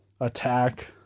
attack